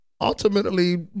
ultimately